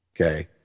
okay